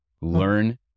Learn